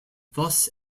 thus